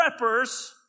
preppers